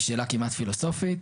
היא שאלה כמעט פילוסופית,